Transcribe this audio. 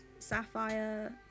Sapphire